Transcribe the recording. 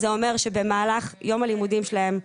זה אומר שבמהלך יום הלימודים שלהם,